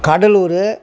Cuddalore